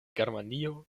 germanio